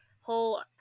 whole